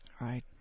right